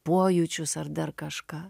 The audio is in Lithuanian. pojūčius ar dar kažką